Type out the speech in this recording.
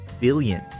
billion